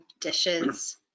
dishes